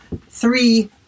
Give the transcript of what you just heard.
three